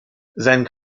sein